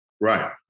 Right